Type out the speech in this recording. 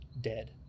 dead